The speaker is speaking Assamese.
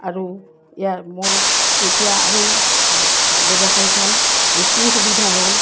আৰু ইয়াৰ মোৰ তেতিয়া আৰু ব্যৱসায়ীখন বেছি সুবিধা হ'ল